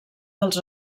dels